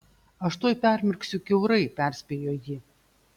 aš tuoj permirksiu kiaurai perspėjo ji